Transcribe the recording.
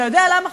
אתה יודע למה,